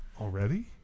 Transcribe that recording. Already